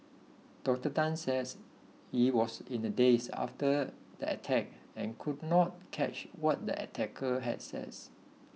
Doctor Tan said he was in a daze after the attack and could not catch what the attacker had said